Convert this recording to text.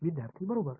विद्यार्थी बरोबर